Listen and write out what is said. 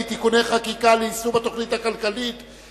(תיקוני חקיקה ליישום התוכנית הכלכלית לשנים 2009